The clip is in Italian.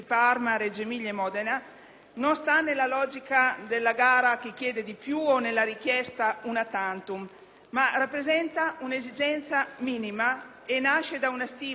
non sta nella logica della gara a chi chiede di più o nella richiesta di misure *una tantum*. Rappresenta infatti una esigenza minima e nasce da una stima rigorosa dei danni